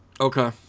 Okay